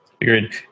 Agreed